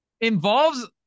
involves